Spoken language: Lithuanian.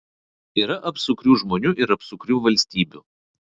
yra apsukrių žmonių ir apsukrių valstybių